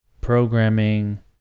programming